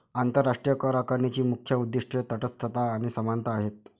आंतरराष्ट्रीय करआकारणीची मुख्य उद्दीष्टे तटस्थता आणि समानता आहेत